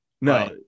No